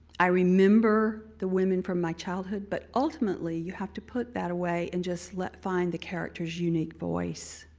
i remember the women from my childhood, but ultimately you have to put that away and just let find the character's unique voice.